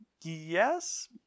Yes